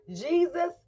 Jesus